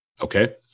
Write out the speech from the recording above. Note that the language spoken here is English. okay